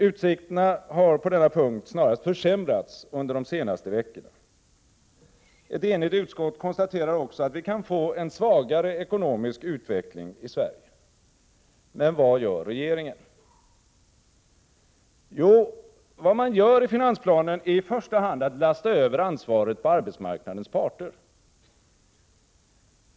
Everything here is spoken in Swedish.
Utsikterna har på denna punkt snarast försämrats under de senaste veckorna. Ett enigt utskott konstaterar också att vi kan få en svagare ekonomisk utveckling i Sverige. Men vad gör regeringen? Jo, vad den gör i finansplanen är i första hand att lasta över ansvaret på arbetsmarknadens parter.